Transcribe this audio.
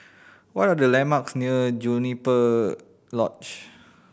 what are the landmarks near Juniper Lodge